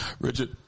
Richard